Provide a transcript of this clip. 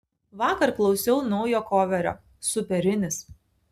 vakar klausiau naujo koverio superinis